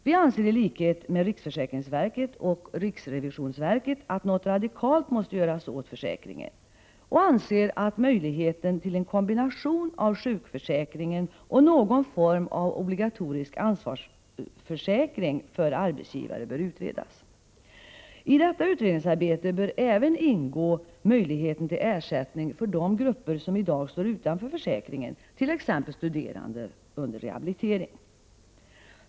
Vi anser i likhet med riksförsäkringsverket och riksrevisionsverket att något radikalt måste göras åt försäkringen och anser att möjligheten till en kombination av sjukförsäkringen och någon form av obligatorisk ansvarighetsförsäkring för arbetsgivare bör utredas. I detta utredningsarbete bör även ingå möjligheten till ersättning för de grupper som i dag står utanför försäkringen, t.ex. studerande under rehabilitering.